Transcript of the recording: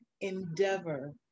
endeavor